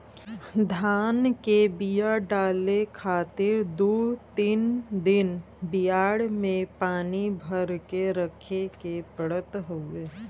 धान के बिया डाले खातिर दू तीन दिन बियाड़ में पानी भर के रखे के पड़त हउवे